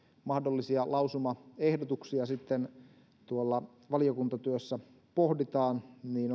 mahdollisia lausumaehdotuksia sitten tuolla valiokuntatyössä pohditaan